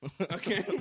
Okay